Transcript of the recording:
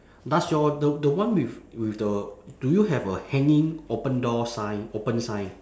does your the the one with with the do you have a hanging open door sign open sign